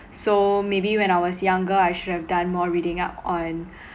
so maybe when I was younger I should have done more reading up on